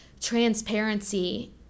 transparency